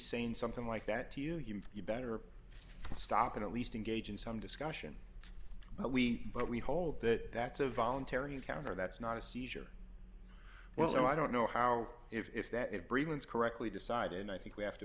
saying something like that to you you know you better stop it at least engage in some discussion but we but we hold that that's a voluntary encounter that's not a seizure well so i don't know how if that it prevents correctly decided and i think we have to